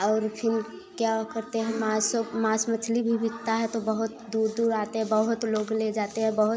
और फिर क्या करते हैं मांस और मांस मछली भी बिकता है तो बहुत दूर दूर आते हैं बहुत लोग ले जाते हैं बहुत